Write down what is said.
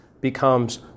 becomes